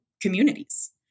communities